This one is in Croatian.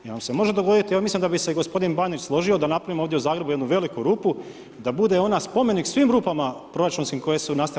Jer vam se može dogoditi, ja mislim da bi se i gospodin Bandić složio, da napravimo ovdje u Zagrebu jednu veliku rupu, da bude ona spomenik svim rupama, proračunskih koje su nastale.